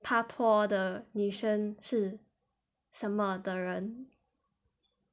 pak tor 的女生是什么的人